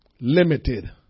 Limited